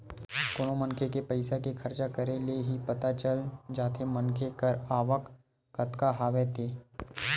कोनो मनखे के पइसा के खरचा करे ले ही पता चल जाथे मनखे कर आवक कतका हवय ते